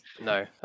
No